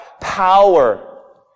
power